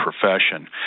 Profession